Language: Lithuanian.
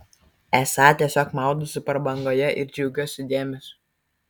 esą tiesiog maudausi prabangoje ir džiaugiuosi dėmesiu